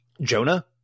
Jonah